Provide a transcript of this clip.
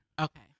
Okay